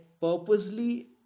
purposely